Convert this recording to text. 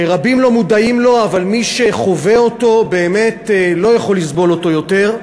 שרבים לא מודעים לו אבל מי שחווה אותו באמת לא יכול לסבול אותו יותר,